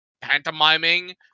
pantomiming